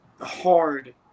hard